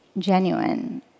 genuine